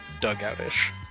dugout-ish